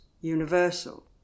universal